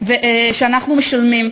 שאנחנו משלמים.